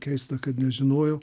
keista kad nežinojau